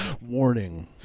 Warning